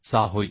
606 होईल